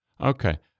Okay